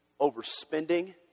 overspending